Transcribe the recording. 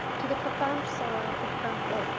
to the profound sorrow of bernard.